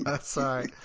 Sorry